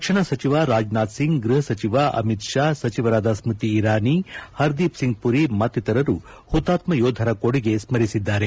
ರಕ್ಷಣಾ ಸಚಿವ ರಾಜನಾಥ್ಸಿಂಗ್ ಗೃಹ ಸಚಿವ ಅಮಿತ್ ಷಾ ಸಚಿವರಾದ ಸ್ಥತಿ ಇರಾನಿ ಹರ್ದೀಪ್ಸಿಂಗ್ ಮರಿ ಮತ್ತಿತರರು ಹುತಾತ್ನ ಯೋಧರ ಕೊಡುಗೆ ಸ್ಪರಿಸಿದ್ದಾರೆ